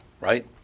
right